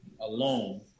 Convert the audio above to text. alone